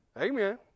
Amen